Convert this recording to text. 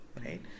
right